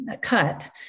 cut